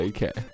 Okay